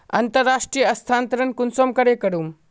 अंतर्राष्टीय स्थानंतरण कुंसम करे करूम?